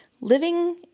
Living